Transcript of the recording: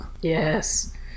Yes